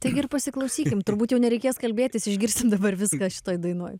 taigi ir pasiklausykim turbūt jau nereikės kalbėtis išgirsim dabar viską šitoj dainoj